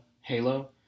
Halo